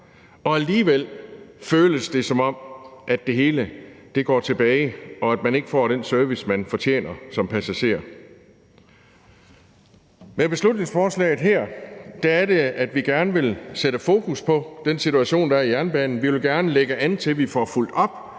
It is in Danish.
og alligevel føles det, som om det hele går tilbage, og at man ikke får den service, man fortjener som passager. Med beslutningsforslaget her vil vi gerne sætte fokus på den situation, der er i jernbanen. Vi vil gerne lægge an til, at vi får fulgt op